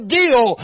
deal